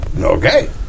Okay